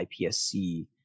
IPSC